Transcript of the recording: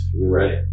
Right